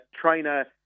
trainer